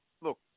look